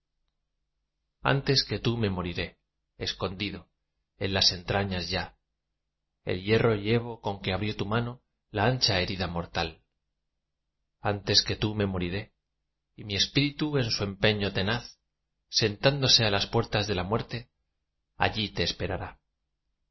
antes que tú me moriré escondido en las entrañas ya el hierro llevo con que abrió tu mano la ancha herida mortal antes que tú me moriré y mi espíritu en su empeño tenaz sentándose á las puertas de la muerte allí te esperará